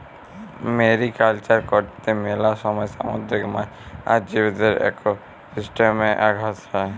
mariculture করত্যে মেলা সময় সামুদ্রিক মাছ আর জীবদের একোসিস্টেমে আঘাত হ্যয়